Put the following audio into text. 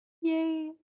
Yay